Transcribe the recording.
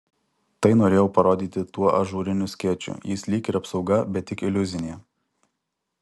tai norėjau parodyti tuo ažūriniu skėčiu jis lyg ir apsauga bet tik iliuzinė